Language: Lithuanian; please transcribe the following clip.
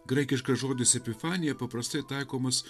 graikiškas žodis epifanija paprastai taikomas